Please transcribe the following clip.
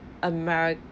american